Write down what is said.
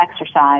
exercise